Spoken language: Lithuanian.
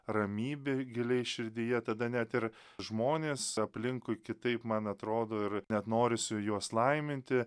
ramybė giliai širdyje tada net ir žmonės aplinkui kitaip man atrodo ir net norisi juos laiminti